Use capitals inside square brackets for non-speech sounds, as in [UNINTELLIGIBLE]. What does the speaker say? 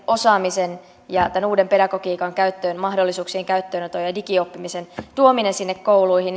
osaamiseen ja tämän uuden pedagogiikan mahdollisuuksien käyttöönottoon ja digioppimisen tuomiseen sinne kouluihin [UNINTELLIGIBLE]